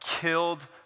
Killed